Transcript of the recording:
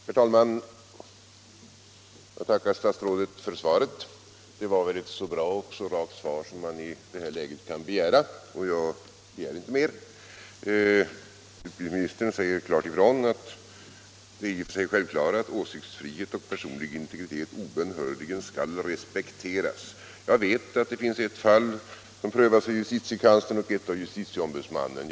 Herr talman! Jag får tacka herr statsrådet för svaret. Det var ett så bra och rakt svar som man i det här läget kan begära — och jag begär naturligtvis inte mer. Utrikesministern säger klart ifrån — det är i och för sig självklart — att ”åsiktsfrihet och personlig integritet obönhörligen skall respekteras”. Jag vet att det finns ett fall som prövas av justitiekanslern och ett fall som prövas av justitieombudsmannen.